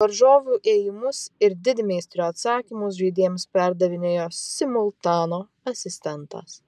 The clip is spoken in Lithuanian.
varžovų ėjimus ir didmeistrio atsakymus žaidėjams perdavinėjo simultano asistentas